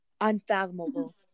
unfathomable